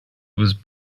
was